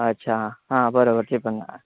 अच्छा हां बरोबर ते पण